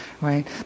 Right